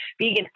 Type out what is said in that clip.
vegan